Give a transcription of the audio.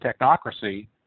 technocracy